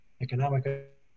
economic